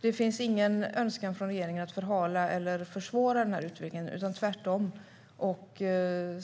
Det finns ingen önskan från regeringen att förhala eller att försvåra utvecklingen, utan tvärtom.